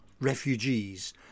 refugees